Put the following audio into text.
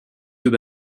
deux